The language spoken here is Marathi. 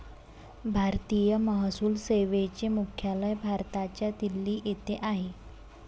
भारतीय महसूल सेवेचे मुख्यालय भारताच्या दिल्ली येथे आहे